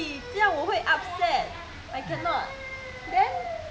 now nowaday I mean the new generation